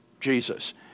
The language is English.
Jesus